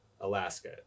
Alaska